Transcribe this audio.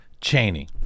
Cheney